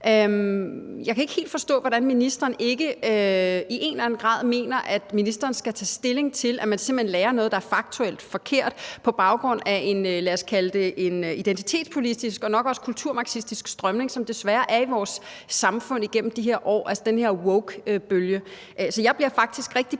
Jeg kan ikke helt forstå, hvorfor ministeren ikke i en eller anden grad mener, at ministeren skal tage stilling til, at man simpelt hen lærer noget, der faktuelt er forkert, på baggrund af en, lad os kalde det en identitetspolitisk og nok også kulturmarxistisk strømning, som desværre er i vores samfund i de her år – altså den her wokebølge. Så jeg bliver faktisk rigtig